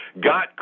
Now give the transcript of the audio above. got